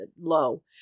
low